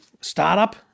startup